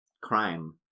Crime